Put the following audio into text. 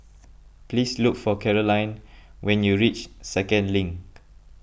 please look for Carolyne when you reach Second Link